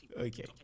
Okay